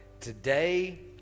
Today